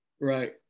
Right